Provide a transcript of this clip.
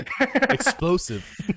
Explosive